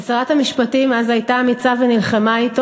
ושרת המשפטים אז הייתה אמיצה ונלחמה בו,